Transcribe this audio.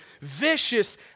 vicious